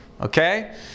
Okay